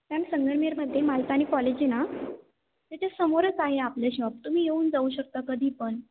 ma'am संगमनेरमध्ये Malpani college आहे ना त्याच्यासमोरच आहे आपलं शॉप तुम्ही येऊन जाऊ शकता कधी पण